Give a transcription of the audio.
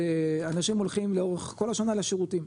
ואנשים הולכים לאורך כל השנה לשירותים,